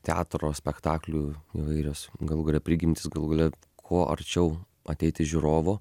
teatro spektaklių įvairios galų gale prigimtys galų gale kuo arčiau ateiti žiūrovo